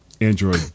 Android